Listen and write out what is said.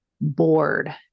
bored